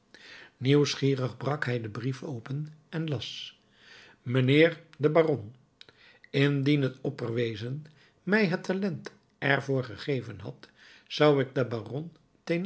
nieuwsgierig brak hij den brief open en las mijnheer de baron indien het opperwezen mij het talent er voor gegeven had zou ik de baron